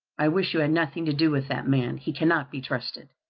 i wish you had nothing to do with that man. he cannot be trusted.